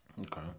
Okay